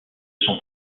sont